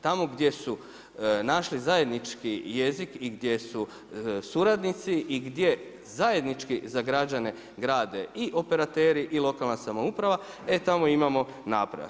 Tamo gdje su našli zajednički jezik i gdje su suradnici i gdje zajednički za građane grade i operateri i lokalna samouprava e tamo imamo napredak.